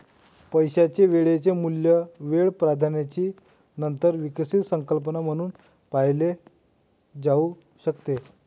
पैशाचे वेळेचे मूल्य वेळ प्राधान्याची नंतर विकसित संकल्पना म्हणून पाहिले जाऊ शकते